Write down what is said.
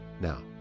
now